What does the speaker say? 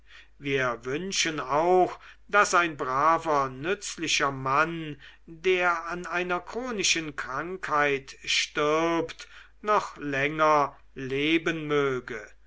wir wünschen auch daß ein braver nützlicher mann der an einer chronischen krankheit stirbt noch länger leben möge